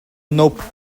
nope